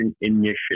initiative